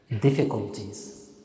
difficulties